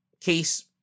case